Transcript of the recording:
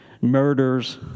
murders